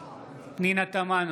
פנינה תמנו,